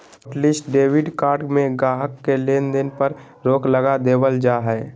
hotlist debit card में गाहक़ के लेन देन पर रोक लगा देबल जा हय